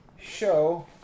show